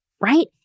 right